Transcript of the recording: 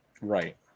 Right